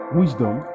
wisdom